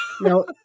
No